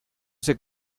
ese